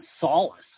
solace